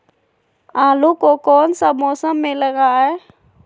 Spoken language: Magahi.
आलू को कौन सा मौसम में लगाए?